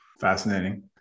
Fascinating